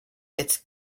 its